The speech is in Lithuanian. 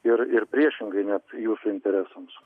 ir ir priešingai ne jūsų interesams